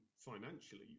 financially